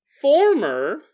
former